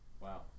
wow